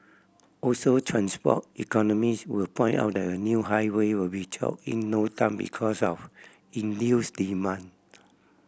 also transport economist will point out that a new highway will be choked in no time because of induced demand